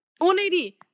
180